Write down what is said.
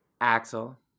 Axel